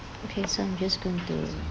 okay so I'm just going to